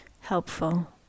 Helpful